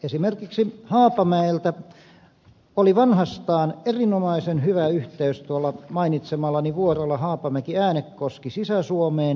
esimerkiksi haapamäeltä oli vanhastaan erinomaisen hyvä yhteys tuolla mainitsemallani vuorolla haapamäkiäänekoski sisä suomeen